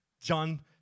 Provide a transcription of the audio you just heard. John